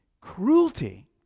cruelty